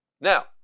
Now